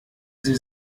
sie